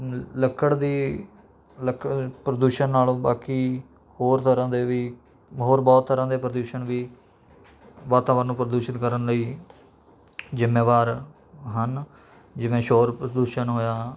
ਲ ਲੱਕੜ ਦੀ ਲੱਕ ਪ੍ਰਦੂਸ਼ਣ ਨਾਲੋਂ ਬਾਕੀ ਹੋਰ ਤਰ੍ਹਾਂ ਦੇ ਵੀ ਹੋਰ ਬਹੁਤ ਤਰ੍ਹਾਂ ਦੇ ਪ੍ਰਦੂਸ਼ਣ ਵੀ ਵਾਤਾਵਰਨ ਨੂੰ ਪ੍ਰਦੂਸ਼ਿਤ ਕਰਨ ਲਈ ਜ਼ਿੰਮੇਵਾਰ ਹਨ ਜਿਵੇਂ ਸ਼ੌਰ ਪ੍ਰਦੂਸ਼ਣ ਹੋਇਆ